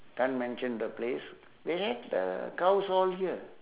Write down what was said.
can't mention the place they had the cows all here